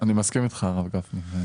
אני מסכים איתך הרב גפני.